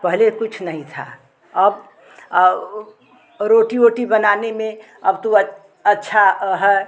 पहले कुछ नहीं था अब रोटी ओटी बनाने में अब तो अच्छा है